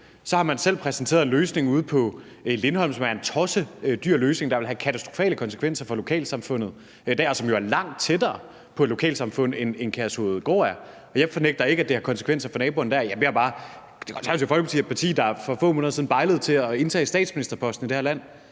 Så har man selv præsenteret en løsning ude på Lindholm, som er en tossedyr løsning, der ville have katastrofale konsekvenser for lokalsamfundet dér. Det er jo langt tættere på et lokalsamfund, end Kærshovedgård er. Jeg benægter ikke, at det har konsekvenser for naboerne dér. Det er mere bare det, at Det Konservative Folkeparti er et parti, der for få måneder siden bejlede til at indtage statsministerposten i det her land,